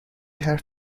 حرف